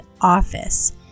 office